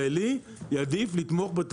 רציתי לשים את האצבע על הפיל שבחדר הרבה